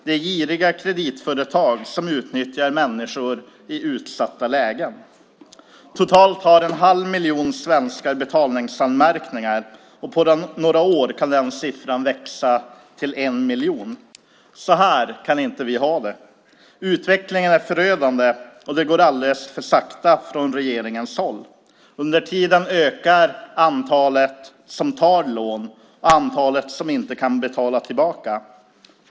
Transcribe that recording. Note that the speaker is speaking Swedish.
Det är giriga kreditföretag som utnyttjar människor i utsatta lägen. Totalt har en halv miljon svenskar betalningsanmärkningar, och på några år kan den siffran växa till en miljon. Så här kan vi inte ha det. Utvecklingen är förödande, och det går alldeles för sakta från regeringens håll. Under tiden ökar antalet som tar lån och antalet som inte kan betala tillbaka.